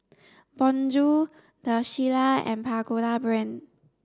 Bonjour The Shilla and Pagoda Brand